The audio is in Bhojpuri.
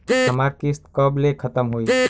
हमार किस्त कब ले खतम होई?